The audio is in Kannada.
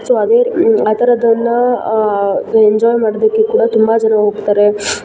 ಸೊ ಅದೇ ಆ ಥರದ್ದನ್ನು ಎಂಜಾಯ್ ಮಾಡೋದಕ್ಕೆ ಕೂಡ ತುಂಬ ಜನ ಹೋಗ್ತಾರೆ